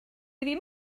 ddim